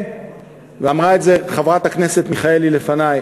ואמרה את זה חברת הכנסת מיכאלי לפני,